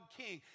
king